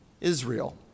Israel